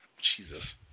Jesus